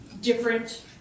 Different